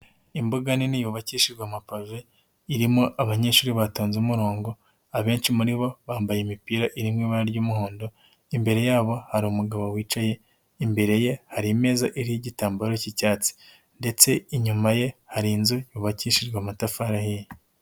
Imbuga nini yubakishijwe amapave irimo abanyeshuri batonze umurongo abenshi muri bo bambaye imipira iri mu ibara ry'umuhondo, imbere yabo hari umugabo wicaye, imbere ye hari imeza iriho igitambaro cy'icyatsi ndetse inyuma ye hari inzu yubakishijwe amatafari ahiye.